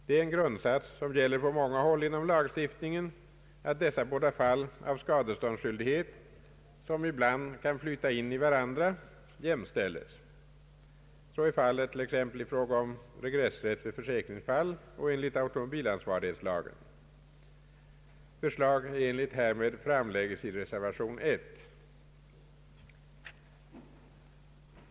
Det är en grundsats, som gäller på många håll inom lagstiftningen, att dessa båda fall av skadeståndsskyldighet, som ibland kan flyta in i varand ra, jämställs. Så är fallet t.ex. i fråga om regressrätt vid försäkringsfall och enligt automobilansvarighetslagen. Förslag i enlighet härmed framställs i reservation 1.